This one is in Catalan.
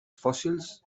fòssils